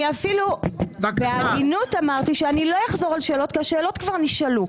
אני אפילו בעדינות אמרתי שאני לא אחזור על שאלות כי השאלות כבר נשאלו,